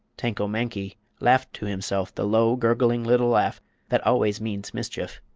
tanko-mankie laughed to himself the low, gurgling little laugh that always means mischief.